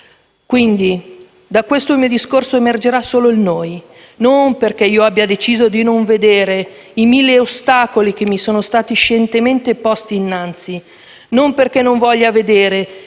Quindi da questo mio discorso emergerà solo il «noi», non perché abbia deciso di non vedere i mille ostacoli che mi sono stati scientemente posti innanzi, non perché non voglia vedere